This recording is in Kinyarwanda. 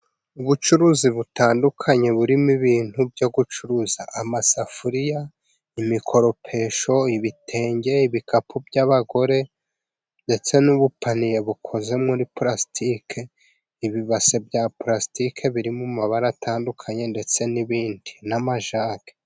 Ubucuruzi butandukanye burimo ibintu byo gucuruza amasafuriya, imikoropesho, ibitenge, ibikapu by'abagore ndetse n'ubupaniye bukoze muri purastike, ibibase bya purastiki birimo amabara atandukanye, ndetse n'ibindi n'amajage